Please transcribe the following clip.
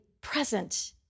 present